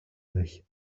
nicht